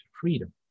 freedom